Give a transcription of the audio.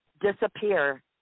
disappear